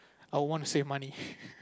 I would want to save money